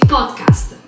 Podcast